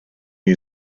new